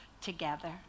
together